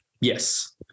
Yes